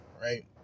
right